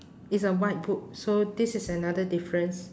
is a white book so this is another difference